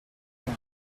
them